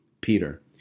Peter